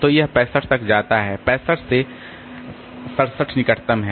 तो यह 65 तक जाता है 65 से 67 निकटतम है